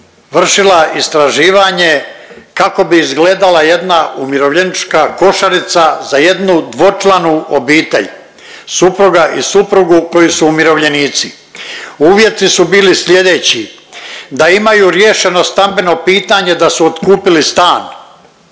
vršila istraživanje kako bi izgledala jedna umirovljenička košarica za jednu dvočlanu obitelj, supruga i suprugu koji su umirovljenici. Uvjeti su bili slijedeći, da imaju riješeno stambeno pitanje da su otkupili stan,